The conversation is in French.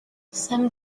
somme